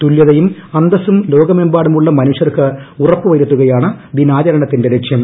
തുല്യതയും അന്തസ്സും ലോകമെമ്പാടുമുള്ള മനുഷ്യർക്ക് ഉറപ്പുവരുത്തുകയാണ് ദിനാചരണത്തിന്റെ ലക്ഷ്യം